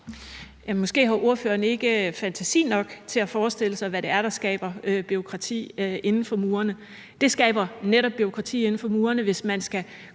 Måske har ordføreren ikke fantasi nok til at forestille sig, hvad det er, der skaber bureaukrati. Det skaber bureaukrati inden for murene, hvis man skal